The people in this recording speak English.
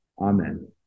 Amen